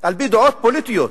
על-פי דעות פוליטיות.